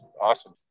awesome